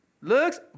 looks